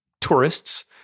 tourists